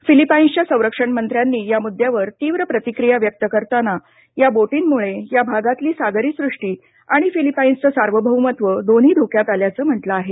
फिलिपाईन्सच्या संरक्षण मंत्र्यांनी या मुद्द्यावर तीव्र प्रतिक्रिया व्यक्त करताना या बोर्टीमुळे या भागातली सागरीसृष्टी आणि फिलिपाईन्सचं सार्वभौमत्व दोन्ही धोक्यात आल्याचं म्हटलं आहे